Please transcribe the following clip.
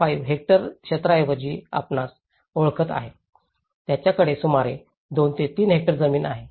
5 hectare क्षेत्राऐवजी आपणास ओळखत आहेत त्यांच्याकडे सुमारे 2 ते 3 हेक्टर जमीन आहे